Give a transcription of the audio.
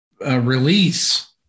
Release